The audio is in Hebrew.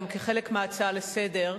גם כחלק מההצעה לסדר,